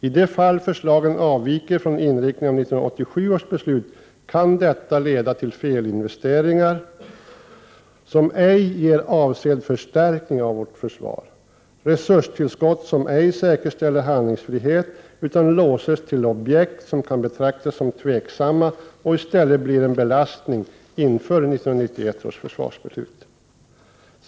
I de fall förslagen avviker från inriktningen av 1987 års beslut kan detta leda till felinvesteringar som ej ger avsedd förstärkning av vårt försvar. Det blir resurstillskott som ej säkerställer handlingsfrihet, utan låses till objekt som kan betraktas som tveksamma och i stället bli en belastning inför 1991 års försvarsbeslut.